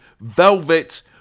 Velvet